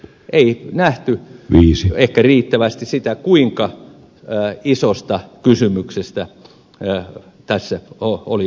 ei nähty ehkä riittävästi sitä kuinka isosta kysymyksestä tässä oli oikeastaan puhe